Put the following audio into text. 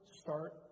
Start